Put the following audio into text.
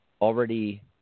already